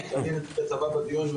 אבל כשאני נציג הצבא בדיון,